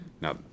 now